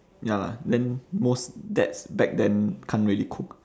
ya lah then most dads back then can't really cook